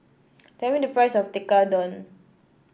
tell me the price of Tekkadon